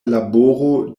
laboro